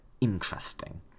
interesting